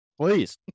please